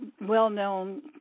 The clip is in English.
well-known